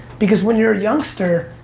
because when you're a youngster,